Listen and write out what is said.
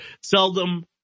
seldom